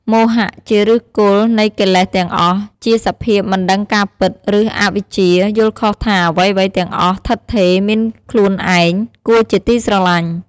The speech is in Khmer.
មោហៈ ជាឫសគល់នៃកិលេសទាំងអស់ ជាសភាពមិនដឹងការពិត ឬ អវិជ្ជា យល់ខុសថា អ្វីៗទាំងអស់ឋិតថេរ មានខ្លួនឯង គួរជាទីស្រលាញ់។